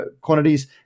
quantities